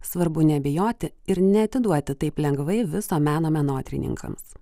svarbu nebijoti ir neatiduoti taip lengvai viso meno menotyrininkams